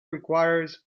requires